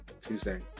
Tuesday